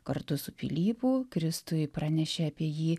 kartu su pilypu kristui pranešė apie jį